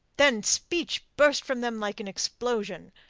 then speech burst from them like an explosion.